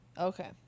Okay